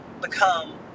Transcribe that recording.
become